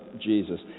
Jesus